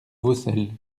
vaucelles